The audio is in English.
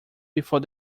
before